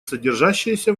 содержащиеся